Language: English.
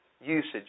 usage